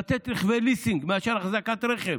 לתת רכבי ליסינג מאשר החזקת רכב